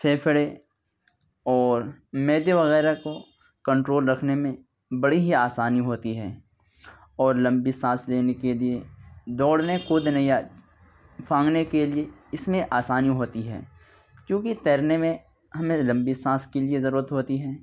پھیپھڑے اور معدے وغیرہ کو کنٹرول رکھنے میں بڑی ہی آسانی ہوتی ہے اور لمبی سانس لینے کے لیے دوڑنے کودنے یا پھاندنے کے لیے اس میں آسانی ہوتی ہے کیونکہ تیرنے میں ہمیں لمبی سانس کے لیے ضرورت ہوتی ہے